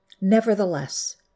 Nevertheless